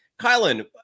Kylan